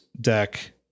deck